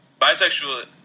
Bisexual